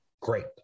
great